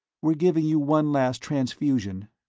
we're giving you one last transfusion.